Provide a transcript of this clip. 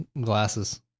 Glasses